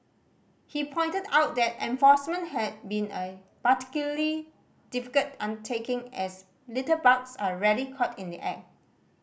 he pointed out that enforcement had been a particularly difficult undertaking as litterbugs are rarely caught in the act